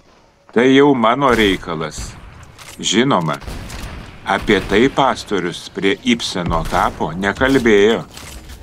tai jau mano reikalas žinoma apie tai pastorius prie ibseno kapo nekalbėjo